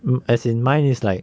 well as in mine is like